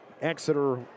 Exeter